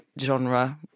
genre